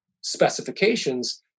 specifications